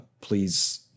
please